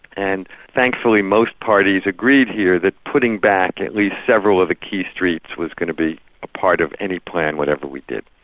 and thankfully most parties agreed here that putting back at least several of the key streets was going to be a part of any plan, whatever we did.